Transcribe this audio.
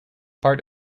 part